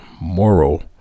moral